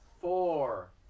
four